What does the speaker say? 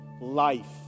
life